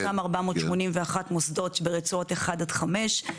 באותם 481 מוסדות שברצועות 1 עד 5,